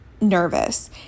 nervous